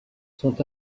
sont